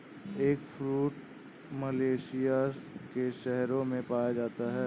eggfruit Malaysia के शहरों में पाया जाता है